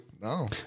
No